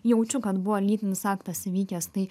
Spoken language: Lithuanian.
jaučiu kad buvo lytinis aktas įvykęs tai